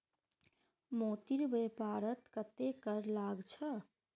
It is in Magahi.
मोतीर व्यापारत कत्ते कर लाग छ